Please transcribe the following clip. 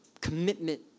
commitment